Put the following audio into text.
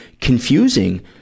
confusing